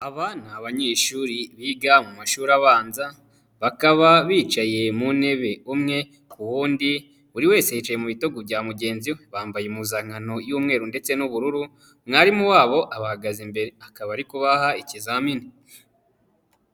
Aba ni anyeshuri biga mu mashuri abanza, bakaba bicaye mu ntebe umwe ku w'undi, buri wese yicaye mu bitugu bya mugenzi we, bambaye impuzankano y'umweru ndetse n'ubururu, mwarimu wabo abahagaze imbere, akaba ari kubaha ikizamini.